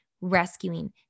rescuing